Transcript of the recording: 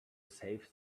save